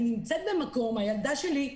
אני נמצאת במקום, הילדה שלי,